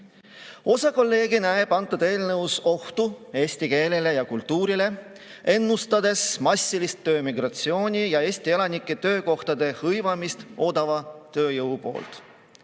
kolleege näeb eelnõus ohtu eesti keelele ja kultuurile, ennustades massilist töömigratsiooni ja Eesti elanike töökohtade hõivamist odava tööjõu poolt.